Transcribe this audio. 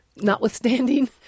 notwithstanding